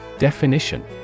Definition